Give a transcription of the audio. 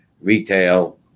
retail